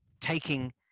taking